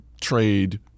trade